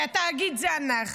כי התאגיד זה אנחנו,